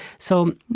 so,